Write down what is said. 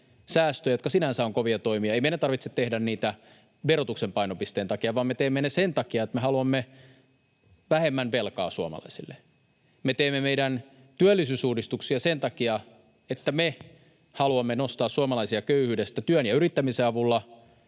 säästöjä, jotka sinänsä ovat kovia toimia. Ei meidän tarvitse tehdä niitä verotuksen painopisteen takia, vaan me teemme ne sen takia, että me haluamme vähemmän velkaa suomalaisille. Me teemme meidän työllisyysuudistuksiamme sen takia, että me haluamme nostaa suomalaisia köyhyydestä työn ja yrittämisen avulla